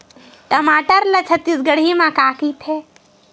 टमाटर ला छत्तीसगढ़ी मा का कइथे?